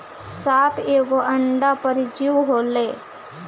साप एगो अंड परजीवी होले